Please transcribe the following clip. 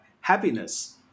happiness